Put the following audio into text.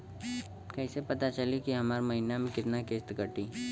कईसे पता चली की हमार महीना में कितना किस्त कटी?